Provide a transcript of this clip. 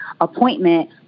appointment